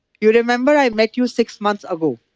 you remember i met you six months ago